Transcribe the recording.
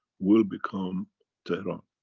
will become tehran.